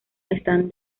están